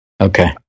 Okay